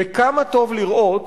וכמה טוב לראות